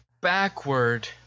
backward